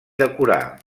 decorar